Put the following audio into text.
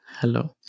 hello